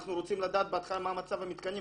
אנחנו רוצים לדעת בהתחלה מה מצב המתקנים,